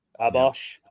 Abosh